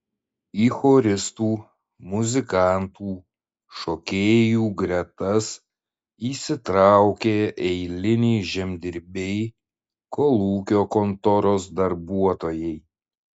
į choristų muzikantų šokėjų gretas įsitraukė eiliniai žemdirbiai kolūkio kontoros darbuotojai